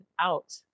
out